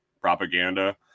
propaganda